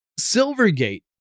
Silvergate